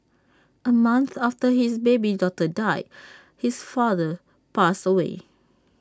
A month after his baby daughter died his father passed away